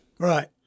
Right